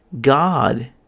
God